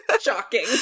Shocking